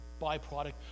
byproduct